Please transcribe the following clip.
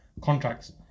contracts